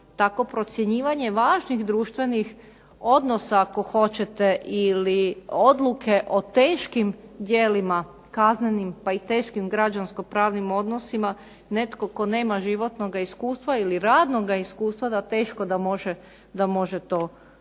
procjenjivanje važnih društvenih odnosa ako hoćete ili odluke o teškim djelima kaznenim pa i teškim građansko-pravnim odnosima netko tko nema životnoga iskustva ili radnoga iskustva da teško da može to